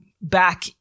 back